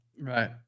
Right